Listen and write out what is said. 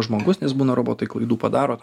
žmogus nes būna robotai klaidų padaro